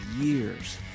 years